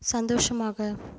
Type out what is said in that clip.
சந்தோஷமாக